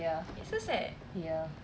ya ya